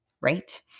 right